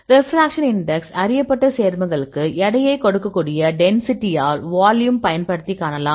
refraction index அறியப்பட்ட சேர்மங்களுக்கு எடையை கொடுக்கக்கூடிய டென்சிட்டியால் வால்யூம் பயன்படுத்தி காணலாம்